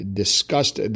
discussed